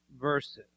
verses